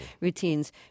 routines